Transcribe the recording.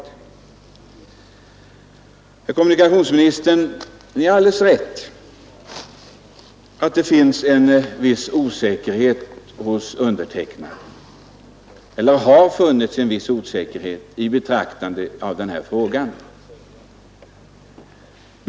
Ni har, herr kommunikationsminister, alldeles rätt i att det har funnits en viss osäkerhet hos mig i betraktandet av den här frågan.